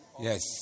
yes